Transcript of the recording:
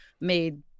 made